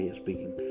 speaking